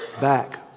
back